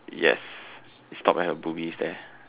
yes it stops at the boobies there